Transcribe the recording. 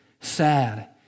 sad